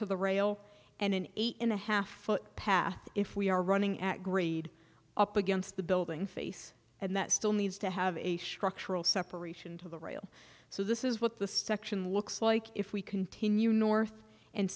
to the rail and an eight and a half foot path if we are running at grade up against the building face and that still needs to have a separation to the rail so this is what the section looks like if we continue north and